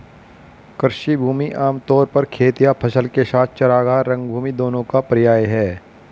कृषि भूमि आम तौर पर खेत या फसल के साथ चरागाह, रंगभूमि दोनों का पर्याय है